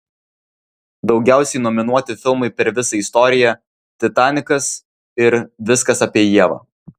daugiausiai nominuoti filmai per visą istoriją titanikas ir viskas apie ievą